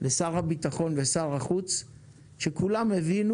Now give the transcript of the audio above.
לשר הביטחון ולשר החוץ שכולם הבינו